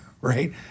right